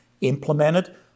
implemented